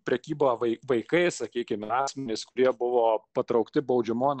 prekyba vaikais sakykime ir asmenys kurie buvo patraukti baudžiamojon